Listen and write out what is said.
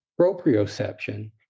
Proprioception